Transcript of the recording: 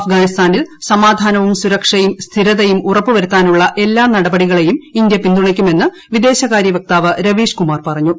അഫ്ഗാനിസ്ഥാനിൽ സമാധാനവും സുരക്ഷയും സ്ഥിരതയും ഉറപ്പുവരുത്താനുള്ള എല്ലാ നടപടിയെയും ഇന്ത്യ പിന്തുണയ്ക്കുമെന്ന് വിദേശകാര്യ വക്താവ് രവീഷ് കുമാർ പറഞ്ഞു